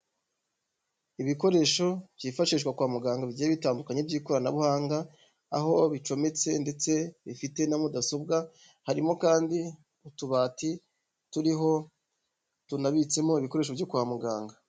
Ibikoresho byifashishwa kwa muganga bigiye bitandukanye by'ikoranabuhanga, aho bicometse ndetse bifite na mudasobwa, harimo kandi utubati turiho tunabitsemo ibikoresho byo kwa muganga.